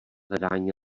hledání